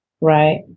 right